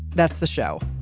that's the show.